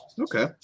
okay